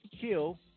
kill